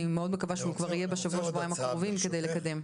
אני מאוד מקווה שהוא יהיה בשבוע-שבועיים הקרובים כדי לקדם.